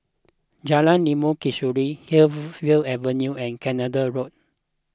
Jalan Limau Kasturi Hillview Avenue and Canada Road